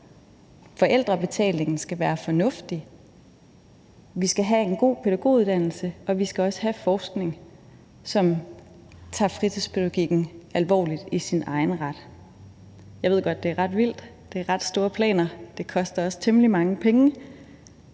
Forældrebetalingen skal være fornuftig. Vi skal have en god pædagoguddannelse, og vi skal også have forskning, som tager fritidspædagogikken alvorlig i sin egen ret. Jeg ved godt, at det er ret vildt. Det er ret store planer, og det koster også temmelig mange penge,